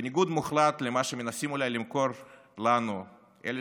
בניגוד מוחלט למה שמנסים אולי למכור לנו אלה